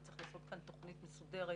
וצריך לעשות כאן תוכנית מסודרת